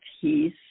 peace